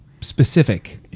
specific